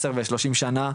עשר ושלושים שנה.